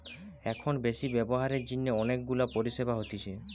এখন বেশি ব্যবহারের জিনে অনেক গুলা পরিষেবা হতিছে